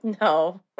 no